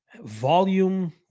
Volume